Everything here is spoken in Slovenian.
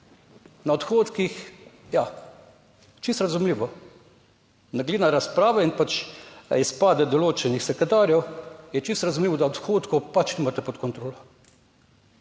Na odhodkih, ja, čisto razumljivo, glede na razprave in pač izpade določenih sekretarjev je čisto razumljivo, da odhodkov pač nimate pod kontrolo.